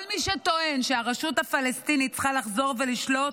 כל מי שטוען שהרשות הפלסטינית צריכה לחזור ולשלוט